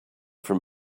from